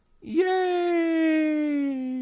Yay